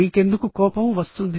మీకెందుకు కోపం వస్తుంది